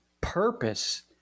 purpose